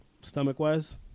stomach-wise